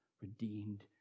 redeemed